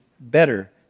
better